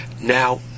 Now